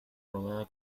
rodada